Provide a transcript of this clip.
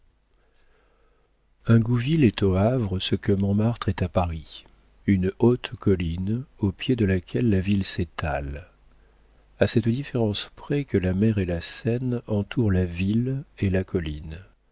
inféodé ingouville est au havre ce que montmartre est à paris une haute colline au pied de laquelle la ville s'étale à cette différence près que la mer et la seine entourent la ville et la colline